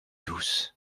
douce